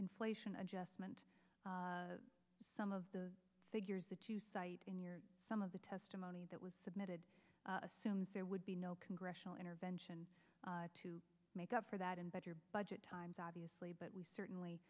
inflation adjustment some of the figures that you cite in your some of the testimony that was submitted assumes there would be no congressional intervention to make up for that in but your budget times obviously but we certainly